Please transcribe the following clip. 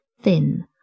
thin